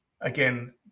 again